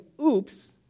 oops